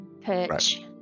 perch